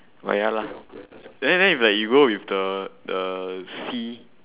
but ya lah then then if like you go with the the C